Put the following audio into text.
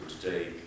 today